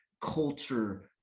culture